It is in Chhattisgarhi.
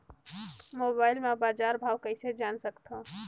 मोबाइल म बजार भाव कइसे जान सकथव?